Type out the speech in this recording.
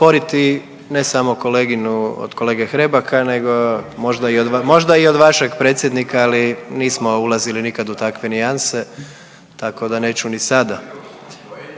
ne samo koleginu, od kolege Hrebaka nego možda, možda i od vašeg predsjednika, ali nismo ulazili nikad u takve nijanse tako da neću ni sada.